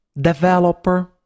developer